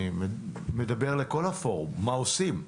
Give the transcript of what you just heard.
אני מדבר לכל הפורום: מה עושים?